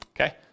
Okay